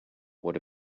what